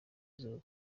izuba